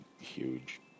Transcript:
huge